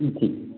কী ঠিক